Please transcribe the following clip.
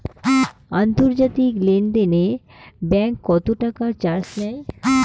আন্তর্জাতিক লেনদেনে ব্যাংক কত টাকা চার্জ নেয়?